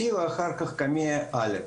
השנים.